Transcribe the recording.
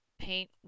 paint